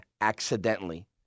accidentally